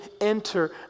enter